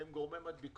הם גורם מדביק